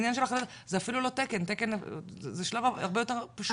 זה אפילו לא תקן, זה שלב הרבה יותר פשוט.